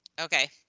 Okay